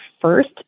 first